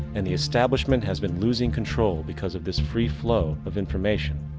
and the establishment has been losing control because of this free flow of information.